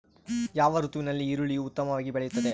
ಯಾವ ಋತುವಿನಲ್ಲಿ ಈರುಳ್ಳಿಯು ಉತ್ತಮವಾಗಿ ಬೆಳೆಯುತ್ತದೆ?